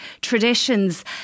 traditions